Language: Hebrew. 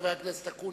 חבר הכנסת אקוניס,